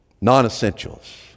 non-essentials